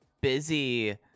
busy